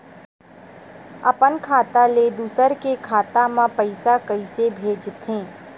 अपन खाता ले दुसर के खाता मा पईसा कइसे भेजथे?